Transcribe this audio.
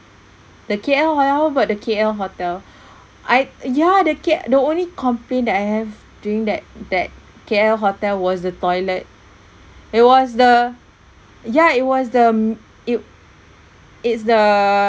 the K_L hotel what about the K_L hotel I ya the K~ the only complain that I have during that that K_L hotel was the toilet it was the yeah it was the it it's the